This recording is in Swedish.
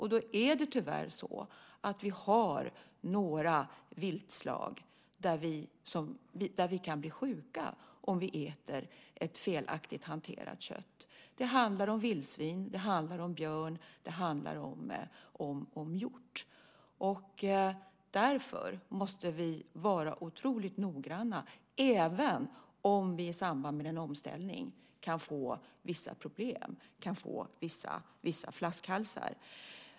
Vi har tyvärr några viltslag som kan göra oss sjuka om vi äter felaktigt hanterat kött. Det handlar om vildsvin, björn och hjort. Därför måste vi vara otroligt noggranna, även om vi i samband med en omställning kan få vissa problem - flaskhalsar.